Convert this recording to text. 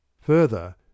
Further